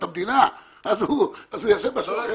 אז הוא יעשה משהו אחר,